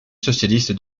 socialiste